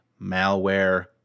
Malware